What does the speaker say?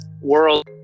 world